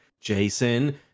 Jason